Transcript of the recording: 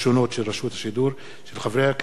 הצעתם של חברי הכנסת נחמן שי ואיתן כבל.